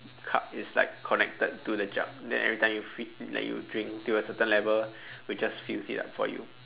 cup is like connected to the jug then every time you feel like you drink to a certain level it will just fills it up for you